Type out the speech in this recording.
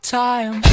time